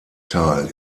teil